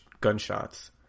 gunshots